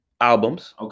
albums